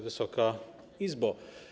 Wysoka Izbo!